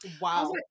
Wow